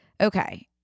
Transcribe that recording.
Okay